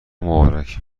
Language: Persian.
مبارک